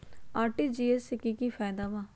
RTGS से की की फायदा बा?